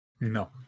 no